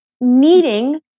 needing